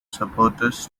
supporters